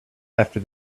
after